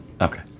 Okay